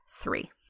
three